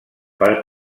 per